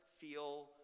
feel